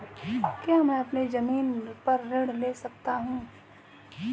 क्या मैं अपनी ज़मीन पर ऋण ले सकता हूँ?